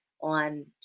on